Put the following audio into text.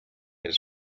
his